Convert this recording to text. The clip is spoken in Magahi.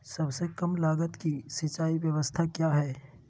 सबसे कम लगत की सिंचाई ब्यास्ता क्या है?